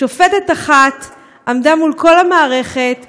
שופטת אחת עמדה מול כל המערכת ואמרה: